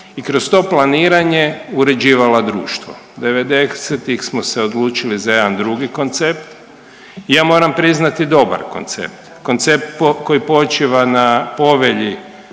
i kroz to planiranje uređivala društvo. '90-ih smo se odlučili za jedan drugi koncept. Ja moram priznati dobar koncept. Koncept koji počiva na Povelji